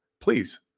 please